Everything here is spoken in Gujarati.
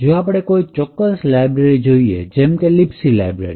જો આપણે કોઈ ચોક્કસ લાઇબ્રેરી જોઈએ જેમ કે libc લાઇબ્રેરી